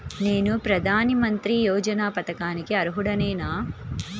నేను ప్రధాని మంత్రి యోజన పథకానికి అర్హుడ నేన?